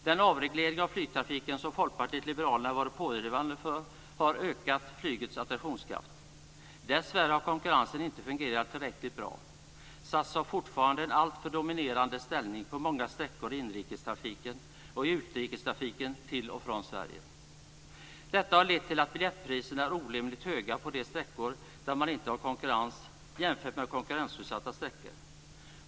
Den avreglering av flygtrafiken som Folkpartiet liberalerna varit pådrivande för har ökat flygets attraktionskraft. Dessvärre har konkurrensen inte fungerat tillräckligt bra. SAS har fortfarande en alltför dominerande ställning på många sträckor i inrikestrafiken och i utrikestrafiken till och från Sverige. Detta har lett till att biljettpriserna är orimligt höga på de sträckor där man inte har konkurrens jämfört med konkurrensutsatta sträckor.